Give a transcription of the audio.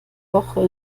woche